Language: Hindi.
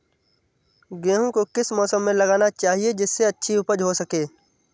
गेहूँ को किस मौसम में लगाना चाहिए जिससे अच्छी उपज हो सके?